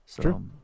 True